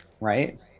right